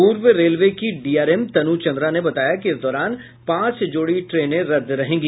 पूर्व रेलवे की डीआरएम तनु चन्द्रा ने बताया कि इस दौरान पांच जोड़ी ट्रेने रद्द रहेंगी